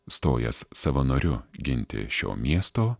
stojęs savanoriu ginti šio miesto